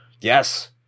Yes